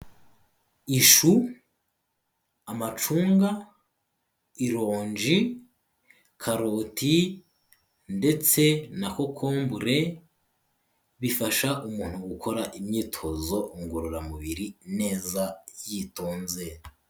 Ishu, amacunga, ironji, karoti ndetse na kokombure bifasha umuntu gukora imyitozo ngororamubiri neza yitonze.